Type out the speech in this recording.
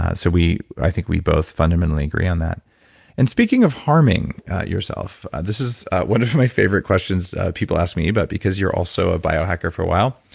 ah so i think we both fundamentally agree on that and speaking of harming yourself, this is one of my favorite questions people ask me but because you're also a bio-hacker for a while.